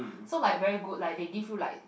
so like very good like they give you like